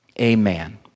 amen